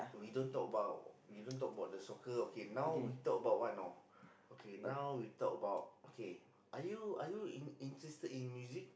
we don't talk about we don't talk about the soccer okay now we talk about what know okay now we talk about okay are you are you in interested in music